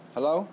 Hello